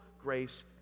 grace